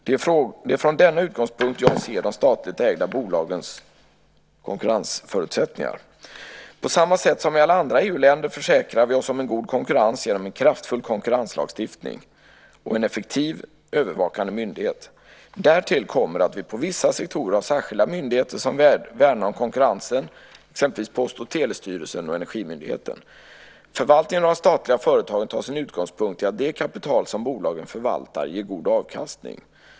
Det är från denna utgångspunkt jag ser de statligt ägda bolagens konkurrensförutsättningar. På samma sätt som i alla andra EU-länder försäkrar vi oss om en god konkurrens genom en kraftfull konkurrenslagstiftning och en effektiv övervakande myndighet. Därtill kommer att vi inom vissa sektorer har särskilda myndigheter som värnar om konkurrensen, exempelvis Post och telestyrelsen och Energimyndigheten. Förvaltningen av de statliga företagen tar sin utgångspunkt i att det kapital som bolagen förvaltar ger god avkastning.